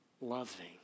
loving